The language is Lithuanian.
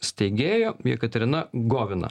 steigėja jekaterina govina